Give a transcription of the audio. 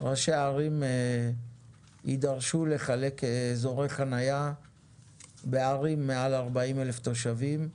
ראשי הערים יידרשו לחלק אזורי חניה בערים מעל 40 אלף תושבים,